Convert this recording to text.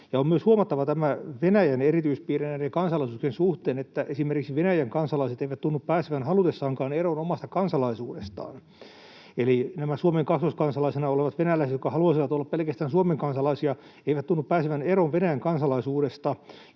On myös huomattava tämä Venäjän erityispiirre kansalaisuuksien suhteen, että Venäjän kansalaiset eivät tunnu pääsevän halutessaankaan eroon omasta kansalaisuudestaan. Eli Suomen kaksoiskansalaisena olevat venäläiset, jotka haluaisivat olla pelkästään Suomen kansalaisia, eivät tunnu pääsevän eroon Venäjän kansalaisuudesta,